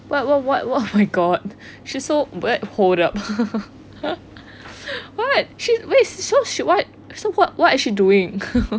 what what what oh my god she's so what hold up what so she's what so so what is she doing